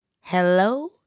Hello